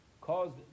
caused